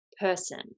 person